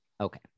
Okay